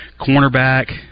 Cornerback